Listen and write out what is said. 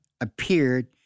appeared